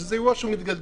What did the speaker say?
שזה אירוע שמתגלגל.